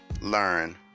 learn